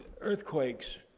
earthquakes